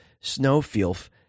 Snowfield